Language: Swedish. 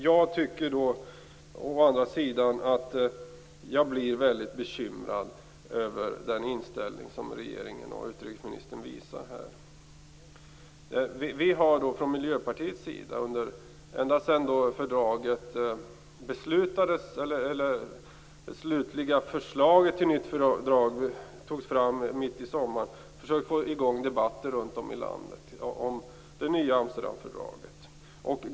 Jag blir väldigt bekymrad över den inställning som regeringen och utrikesministern ger uttryck för här. Vi har från Miljöpartiets sida ända sedan det slutliga förslaget till nytt fördrag togs fram mitt i sommaren försökt få i gång debatter runt om i landet om det nya Amsterdamfördraget.